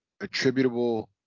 attributable